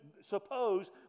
Suppose